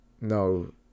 No